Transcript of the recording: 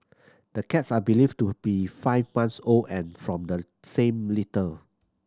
the cats are believed to be five months old and from the same litter